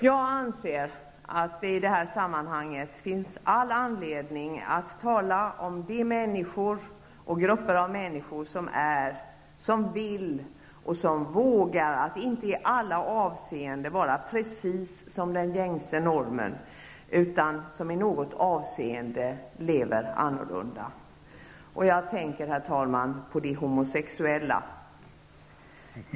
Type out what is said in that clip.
Jag anser att det i det här sammanhanget finns all anledning att tala om de människor och grupper av människor som är, som vill och som vågar att inte i alla avseenden vara precis som den gängse normen, utan som i något avseende lever annorlunda. Jag tänker på de homosexuella.